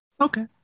okay